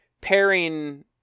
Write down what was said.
pairing